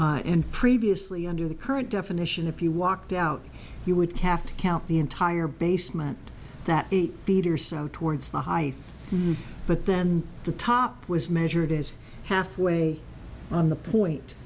then and previously under the current definition if you walked out you would have to count the entire basement that eight feet or so towards the high but then the top was measured as half way on the point